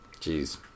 Jeez